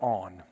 on